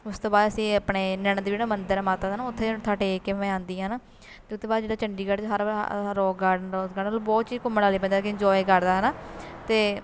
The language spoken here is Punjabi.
ਉਸ ਤੋਂ ਬਾਅਦ ਅਸੀਂ ਆਪਣੇ ਨੈਣਾ ਦੇਵੀ ਜਿਹੜਾ ਮੰਦਰ ਆ ਮਾਤਾ ਦਾ ਨਾ ਉੱਥੇ ਮੱਥਾ ਟੇਕ ਕੇ ਮੈਂ ਆਉਂਦੀ ਹਾਂ ਨਾ ਅਤੇ ਉਹ ਤੋਂ ਬਾਅਦ ਜਿਹੜਾ ਚੰਡੀਗੜ੍ਹ ਸਾਰਾ ਰੋਕ ਗਾਰਡਨ ਰੋਜ਼ ਗਾਰਡਨ ਮਤਲਬ ਬਹੁਤ ਚੀਜ਼ ਘੁੰਮਣ ਵਾਲੀ ਬੰਦਾ ਕਿ ਇੰਜੋਏ ਕਰਦਾ ਹੈ ਨਾ ਅਤੇ